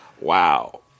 Wow